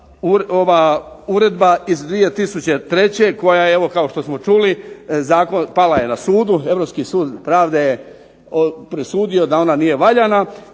uredba iz 2003. koja je, evo kao što smo čuli, pala je na sudu, Europski sud pravde je presudio da ona nije valjana